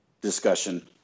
discussion